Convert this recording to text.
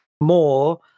more